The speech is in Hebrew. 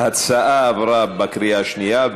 ההצעה עברה בקריאה שנייה.